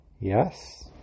yes